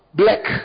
black